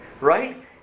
Right